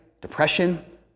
depression